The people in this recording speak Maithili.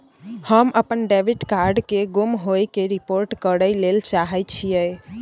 हम अपन डेबिट कार्ड के गुम होय के रिपोर्ट करय ले चाहय छियै